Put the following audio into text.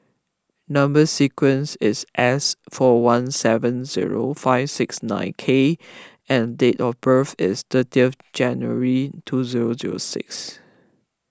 Number Sequence is S four one seven zero five six nine K and date of birth is thirty of January two zero zero six